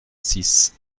six